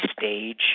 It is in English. stage